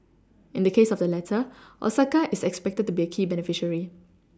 in the case of the latter Osaka is expected to be a key beneficiary